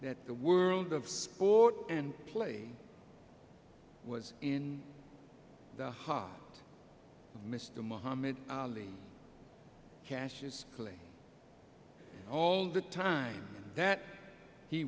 that the world of sport and play was in the hot mr mohammad ali cash all the time that he